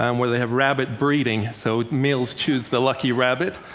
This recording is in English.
um where they have rabbit breeding, so males choose the lucky rabbit.